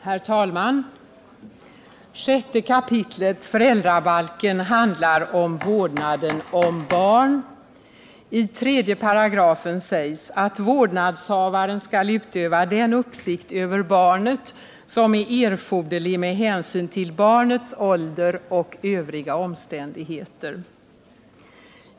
Herr talman! 6 kap. föräldrabalken handlar om vårdnaden om barn. I 3 § sägs att vårdnadshavaren skall utöva den uppsikt över barnet som är erforderlig med hänsyn till barnets ålder och övriga omständigheter.